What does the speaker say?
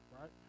right